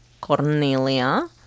Cornelia